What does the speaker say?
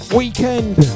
weekend